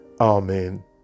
amen